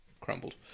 crumbled